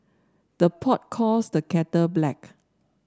the pot calls the kettle black